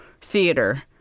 Theater